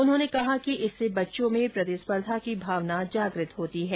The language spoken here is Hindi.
उन्होंने कहा कि इससे बच्चों में प्रतिस्पर्धा की भावना जागृत होती है